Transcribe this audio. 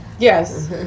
Yes